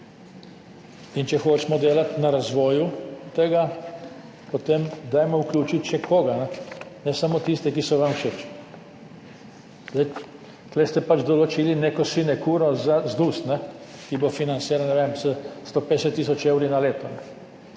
In če hočemo delati na razvoju tega, potem dajmo vključiti še koga, ne samo tiste, ki so vam všeč. Zdaj, tukaj ste pač določili neko sinekuro za ZDUS, ki bo financiran, ne vem, s 150 tisoč evri na leto.